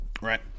right